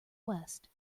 west